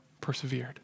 persevered